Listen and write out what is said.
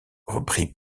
reprit